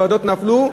ועדות נפלו,